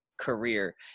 career